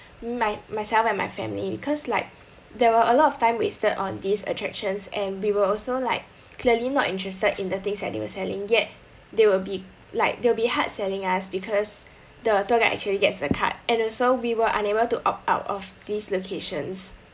my~ myself and my family because like there were a lot of time wasted on these attractions and we were also like clearly not interested in the things that they were selling yet they will be like they'll be hard selling us because the tour guide actually gets a cut and also we were unable to opt out of these locations